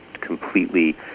completely